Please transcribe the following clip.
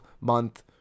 month